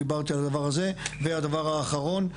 דיברתי על הדבר הזה והדבר האחרון,